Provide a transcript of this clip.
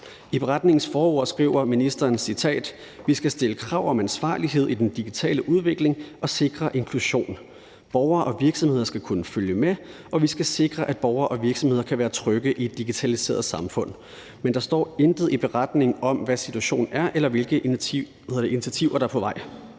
I redegørelsens forord skriver ministeren: »Vi skal stille krav om ansvarlighed i den digitale udvikling og sikre inklusion. Borgere og virksomheder skal kunne følge med. Og vi skal sikre, at borgere og virksomheder kan være trygge i det digitaliserede samfund«. Men der står i redegørelsen intet om, hvad situationen er, eller hvilke initiativer der er på vej.